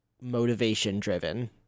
motivation-driven